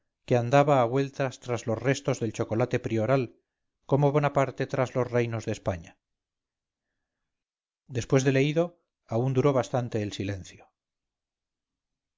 que andaba a vueltas tras los restos del chocolate prioral como bonaparte tras los reinos de españa después de leído aún duró bastante el silencio